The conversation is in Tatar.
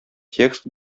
текст